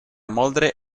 moldre